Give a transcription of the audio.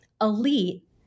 elite